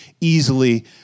easily